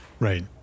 Right